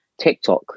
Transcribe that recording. tiktok